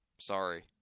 sorry